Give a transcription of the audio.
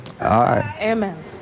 Amen